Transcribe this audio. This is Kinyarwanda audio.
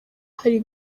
hari